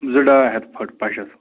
زٕ ڈاے ہَتھ فُٹ پَشَشس